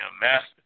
Master